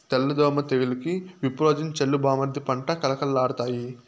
తెల్ల దోమ తెగులుకి విప్రోజిన్ చల్లు బామ్మర్ది పంట కళకళలాడతాయి